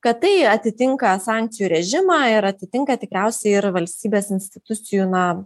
kad tai atitinka sankcijų režimą ir atitinka tikriausiai ir valstybės institucijų na